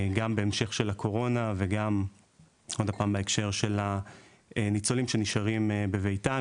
גם בהמשך לקורונה וגם בהקשר של הניצולים שנשארים בביתם.